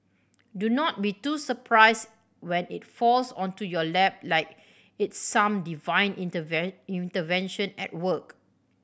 do not be too surprised when it falls onto your lap like it's some divine intervention at work